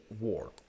War